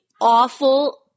awful